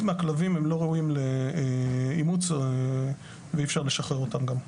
מהכלבים הם לא ראויים לאימוץ וגם אי אפשר לשחרר אותם.